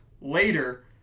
later